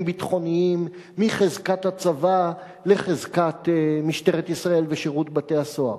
ביטחוניים מחזקת הצבא לחזקת משטרת ישראל ושירות בתי-הסוהר,